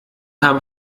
habe